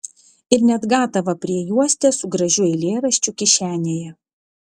ir net gatavą priejuostę su gražiu eilėraščiu kišenėje